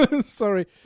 sorry